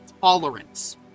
Tolerance